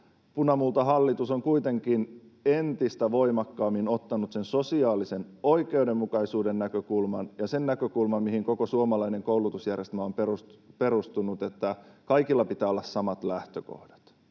punamultahallitus on kuitenkin entistä voimakkaammin ottanut sen sosiaalisen oikeudenmukaisuuden näkökulman ja sen näkökulman, mihin koko suomalainen koulutusjärjestelmä on perustunut, että kaikilla pitää olla samat lähtökohdat.